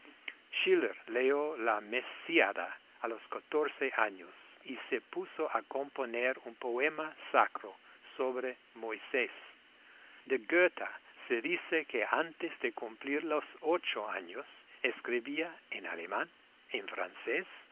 schiller leyó la mesíada a los catorce años y se puso a componer un poema sacro sobre moisés de goethe se dice que antes de cumplir los ocho años escribía en alemán en francés